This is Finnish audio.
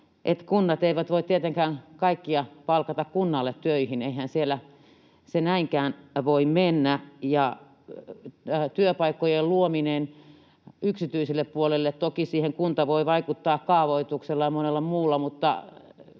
kunnat eivät voi tietenkään kaikkia palkata kunnalle töihin, eihän se näinkään voi mennä, ja työpaikkojen luomiseen yksityiselle puolelle toki kunta voi vaikuttaa kaavoituksella ja monella muulla,